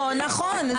נכון.